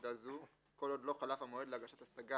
פקודה זו כל עוד לא חלף המועד להגשת השגה,